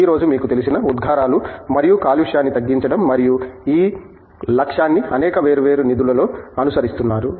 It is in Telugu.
ఈ రోజు మీకు తెలిసిన ఉద్గారాలు మరియు కాలుష్యాన్ని తగ్గించడం మరియు ఈ లక్ష్యాన్ని అనేక వేర్వేరు నిధులలో అనుసరిస్తున్నారు